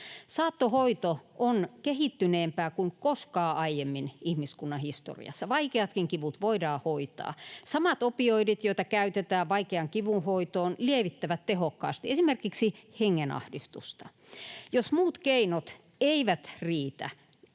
Saattohoito on kehittyneempää kuin koskaan aiemmin ihmiskunnan historiassa. Vaikeatkin kivut voidaan hoitaa. Samat opioidit, joita käytetään vaikean kivun hoitoon, lievittävät tehokkaasti esimerkiksi hengenahdistusta. Jos muut keinot eivät riitä